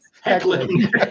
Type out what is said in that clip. Heckling